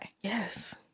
Yes